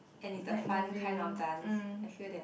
and is the fun kind of dance I feel that